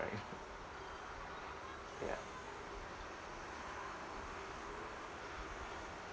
right ya